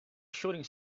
shooting